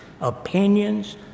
opinions